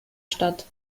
stadt